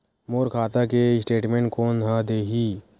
मोर खाता के स्टेटमेंट कोन ह देही?